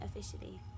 officially